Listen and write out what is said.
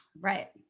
right